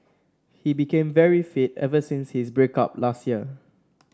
he became very fit ever since his break up last year